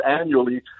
annually